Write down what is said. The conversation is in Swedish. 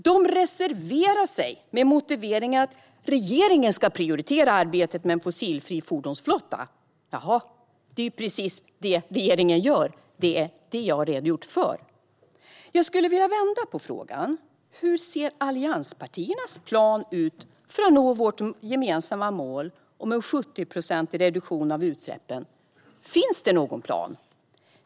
De reserverar sig med motiveringen att regeringen ska prioritera arbetet med en fossilfri fordonsflotta. Det är precis vad regeringen gör, och det är vad jag har redogjort för. Jag skulle vilja vända på frågan. Hur ser allianspartiernas plan ut för att nå vårt gemensamma mål om en 70-procentig reduktion av utsläppen? Finns det någon plan?